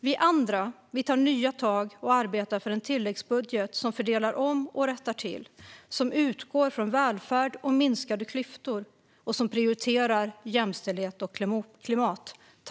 Vi andra tar nya tag och arbetar för en tilläggsbudget som fördelar om och rättar till, som utgår från välfärd och minskade klyftor och som prioriterar jämställdhet och klimat.